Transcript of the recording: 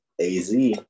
AZ